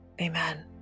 amen